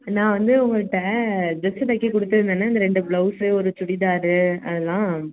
நான் வந்து உங்கள்கிட்ட ட்ரெஸ்ஸு தைக்க குடித்துருந்தேனே இந்த ரெண்டு ப்லௌஸ்ஸு ஒரு சுடிதாரு அதெல்லாம்